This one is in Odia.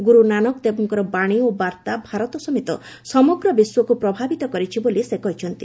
ଗୁରୁ ନାନକଦେବଙ୍କ ବାଣୀ ଓ ବାର୍ତ୍ତା ଭାରତ ସମେତ ସମଗ୍ର ବିଶ୍ୱକୁ ପ୍ରଭାବିତ କରିଛି ବୋଲି ସେ କହିଛନ୍ତି